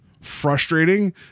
frustrating